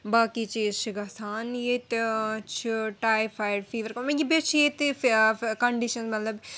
باقٕے چیٖز چھِ گژھان ییٚتہِ چھُ ٹایفایڈ فیٖوَر بیٚیہِ چھِ ییٚتہِ کَنڈِشَن مطلب